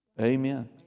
Amen